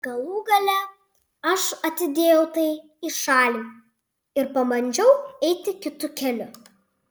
galų gale aš atidėjau tai į šalį ir pabandžiau eiti kitu keliu